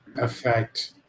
affect